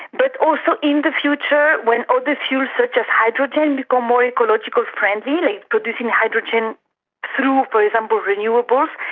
but also in the future when other fuels such as hydrogen become more ecologically friendly, like producing hydrogen through, for example, renewables,